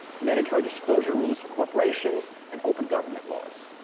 mandatory disclosure rules for corporations, and open government laws.